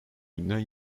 günden